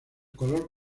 color